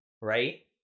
right